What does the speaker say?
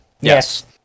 Yes